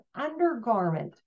undergarment